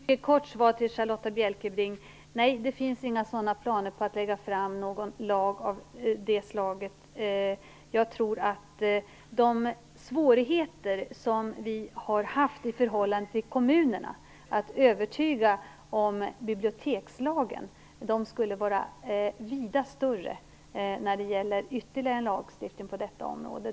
Fru talman! Ett mycket kort svar till Charlotta L Bjälkebring: Nej, det finns inte några planer på att lägga fram förslag om en lag av det slaget. Jag tror att de svårigheter som vi har haft i förhållandet till kommunerna med att övertyga dem om bilbiotekslagen skulle bli vida större i fråga om ytterligare en lagstiftning på detta område.